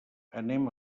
anem